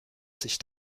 sich